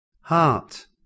Heart